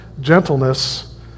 gentleness